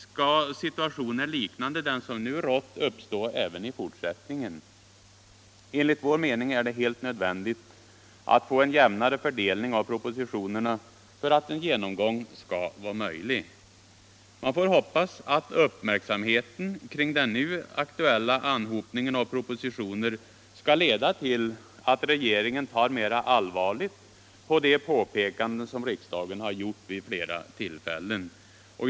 Skall situationer liknande den som nu rått uppstå även i fortsättningen? Enligt vår mening är det helt nödvändigt att få en jämnare fördelning av propositionerna för att en genomgång av dem skall vara möjlig. Man får hoppas att uppmärksamheten kring den nu aktuella anhopningen av propositioner skall leda till att regeringen tar mera allvarligt på de påpekanden som riksdagen vid flera tillfällen har gjort.